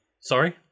Sorry